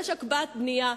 יש הקפאת בנייה,